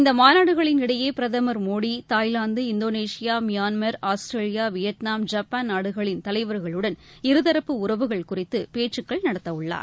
இந்த மாநாடுகளின் இடையே பிரதமர் Modi Thailand Indonesia Myanmar Australia Vietnam Japan நாடுகளின் தலைவர்களுடன் இருதரப்பு உறவுகள் குறித்து பேச்சுக்கள் நடத்தவுள்ளார்